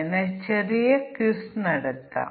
നമുക്ക് ഈ തീരുമാന പട്ടിക വികസിപ്പിക്കാം